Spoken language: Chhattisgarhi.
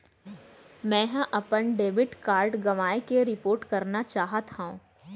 मै हा अपन डेबिट कार्ड गवाएं के रिपोर्ट करना चाहत हव